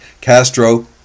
Castro